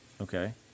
Okay